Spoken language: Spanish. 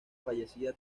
fallecida